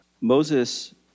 Moses